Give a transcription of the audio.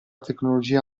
tecnologia